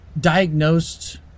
diagnosed